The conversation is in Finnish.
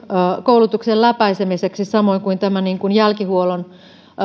koulutuksen läpäisemiseksi samoin kuin tämä jälkihuollon